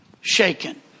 shaken